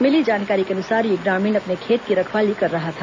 मिली जानकारी के अनुसार यह ग्रामीण अपने खेत की रखवाली कर रहा था